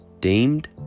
deemed